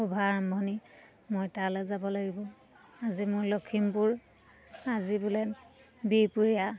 শোভাৰম্ভণি মই তালে যাব লাগিব আজি মই লখিমপুৰ আজি বোলে বিহপুৰীয়া